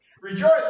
Rejoice